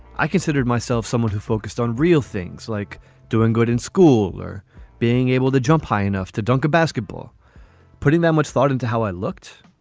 i considered myself someone who focused on real things like doing good in school or being able to jump high enough to dunk a basketball putting that much thought into how i looked.